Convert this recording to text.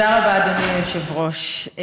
אדוני היושב-ראש,